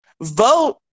Vote